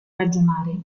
ragionare